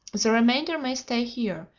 the remainder may stay here,